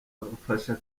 bafasha